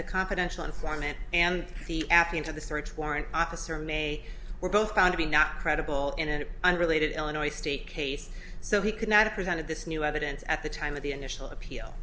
the confidential informant and the app into the search warrant officer may were both found to be not credible in an unrelated illinois state case so he could not have prevented this new evidence at the time of the initial appeal